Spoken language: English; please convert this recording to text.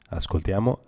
ascoltiamo